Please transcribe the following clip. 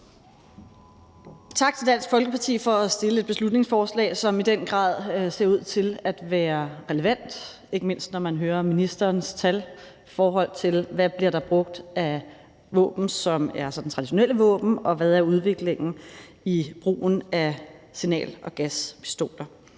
tak til Dansk Folkeparti for at fremsætte et beslutningsforslag, som i den grad ser ud til at være relevant, ikke mindst når man hører ministerens tal for, hvad der bliver brugt af våben, som er traditionelle våben, og hvad udviklingen er i brugen af signal- og gaspistoler.